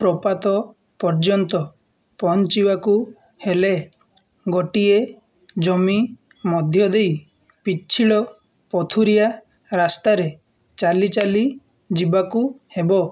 ପ୍ରପାତ ପର୍ଯ୍ୟନ୍ତ ପହଞ୍ଚିବାକୁ ହେଲେ ଗୋଟିଏ ଜମି ମଧ୍ୟ ଦେଇ ପିଚ୍ଛିଳ ପଥୁରିଆ ରାସ୍ତାରେ ଚାଲିଚାଲି ଯିବାକୁ ହେବ